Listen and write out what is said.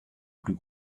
plus